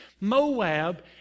Moab